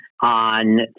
on